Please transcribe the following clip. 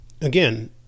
again